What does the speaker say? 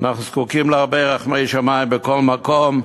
אנחנו זקוקים להרבה רחמי שמים בכל מקום.